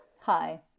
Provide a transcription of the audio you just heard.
Hi